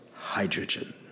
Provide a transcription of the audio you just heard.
hydrogen